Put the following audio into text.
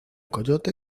coyote